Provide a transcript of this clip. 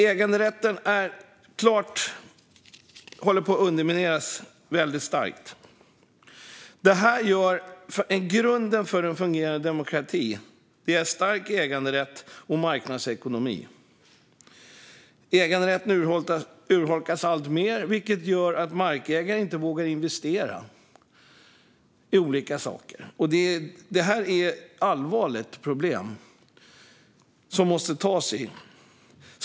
Äganderätten håller helt klart på att undermineras. Grunden för en fungerande demokrati är stark äganderätt och marknadsekonomi. Äganderätten urholkas alltmer, vilket gör att markägare inte vågar investera i olika saker. Det här är ett allvarligt problem som man måste ta tag i.